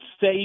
say